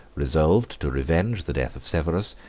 resolved to revenge the death of severus,